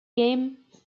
games